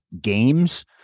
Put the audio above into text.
games